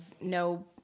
no